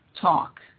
talk